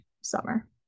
summer